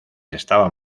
estaban